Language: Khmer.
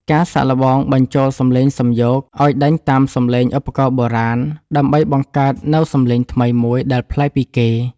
ការសាកល្បងបញ្ចូលសំឡេងសំយោគ ឱ្យដេញតាមសំឡេងឧបករណ៍បុរាណ ដើម្បីបង្កើតនូវសំឡេងថ្មីមួយដែលប្លែកពីគេ។